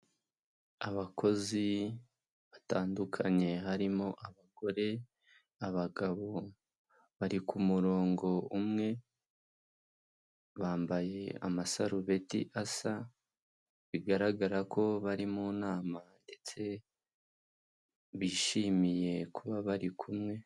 Abakozi batandukanye harimo abagore, abagabo, bari ku murongo umwe, bambaye amasarubeti asa, bigaragara ko bari mu nama ndetse bishimiye kuba bari kumwe.